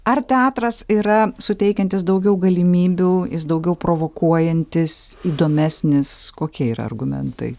ar teatras yra suteikiantis daugiau galimybių jis daugiau provokuojantis įdomesnis kokie yra argumentai